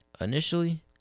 initially